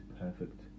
perfect